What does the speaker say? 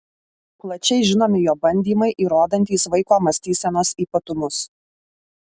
plačiai žinomi jo bandymai įrodantys vaiko mąstysenos ypatumus